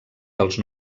dels